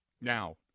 Now